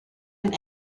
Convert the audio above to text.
and